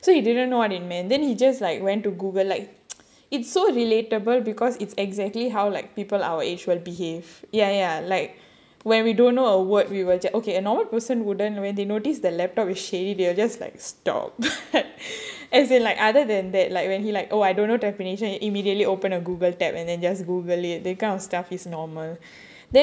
so he didn't know what it meant then he just like went to Google like it so relatable because it's exactly how like people our age will behave ya ya like when we don't know a word we will ju~ okay a normal person wouldn't when they notice the laptop is shady they will just like stop as in like other than that like when he like oh I don't know definition you immediately open a Google tab and then just Google it that kind of stuff is normal then